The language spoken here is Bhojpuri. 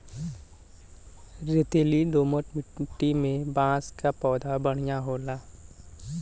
रेतीली दोमट माटी में बांस क पौधा बढ़िया से होला